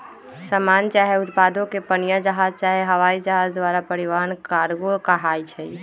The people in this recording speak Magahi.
समान चाहे उत्पादों के पनीया जहाज चाहे हवाइ जहाज द्वारा परिवहन कार्गो कहाई छइ